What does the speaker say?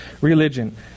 religion